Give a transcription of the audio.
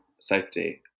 safety